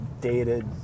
dated